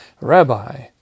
Rabbi